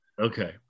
Okay